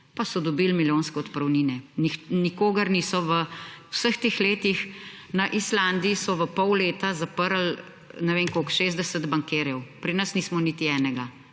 pa so dobili milijonske odpravnine. Nikogar niso v vseh teh letih, na Islandiji so v pol leta zaprli, ne vem koliko, 60 bankirjev, pri nas nismo niti enega,